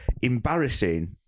embarrassing